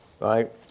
right